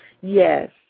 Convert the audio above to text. Yes